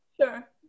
Sure